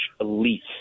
elite